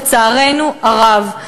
לצערנו הרב.